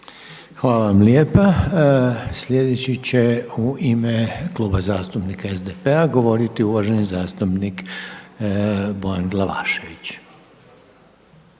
idemo dalje. sljedeći će u ime Kluba zastupnika SDP-a govoriti uvaženi zastupnik Nenad Stazić.